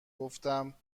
گفتم